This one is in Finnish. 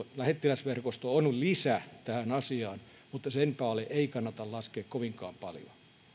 suurlähettiläsverkosto on lisä tähän asiaan mutta sen päälle ei kannata laskea kovinkaan paljoa